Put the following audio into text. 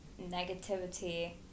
negativity